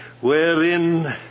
wherein